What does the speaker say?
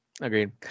agreed